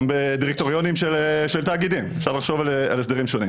גם בדירקטוריונים של תאגידים אפשר לחשוב על הסדרים שונים.